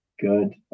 Good